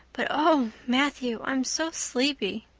but, oh, matthew, i'm so sleepy.